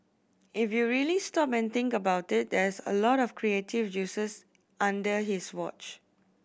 if you really stop and think about it that's a lot of creative juices under his watch